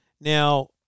Now